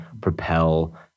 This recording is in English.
propel